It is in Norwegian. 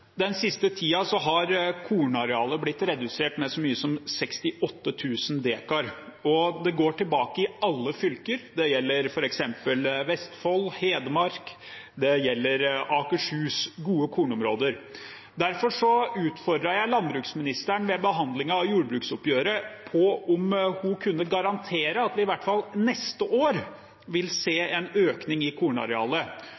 Den siste tiden har kornarealer blitt redusert med så mye som 68 000 dekar, det går tilbake i alle fylker. Det gjelder f.eks. Vestfold, Hedmark og Akershus – gode kornområder. Derfor utfordret jeg ved behandlingen av jordbruksoppgjøret landbruksministeren på om hun kunne garantere at vi i hvert fall neste år vil